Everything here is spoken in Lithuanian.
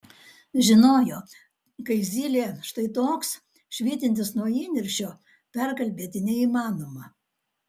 žinojo kai zylė štai toks švytintis nuo įniršio perkalbėti neįmanoma